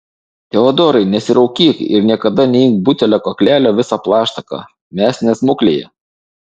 teodorai nesiraukyk ir niekada neimk butelio kaklelio visa plaštaka mes ne smuklėje